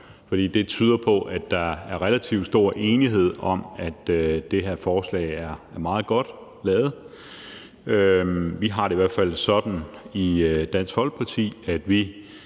for det tyder på, at der er relativt stor enighed om, at det her forslag er meget godt lavet. Vi har det i hvert fald sådan i Dansk Folkeparti, at vi